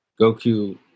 Goku